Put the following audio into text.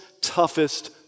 toughest